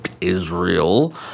Israel